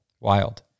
Wild